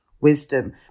wisdom